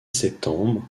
septembre